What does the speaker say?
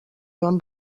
joan